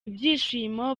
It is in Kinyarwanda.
ibyishimo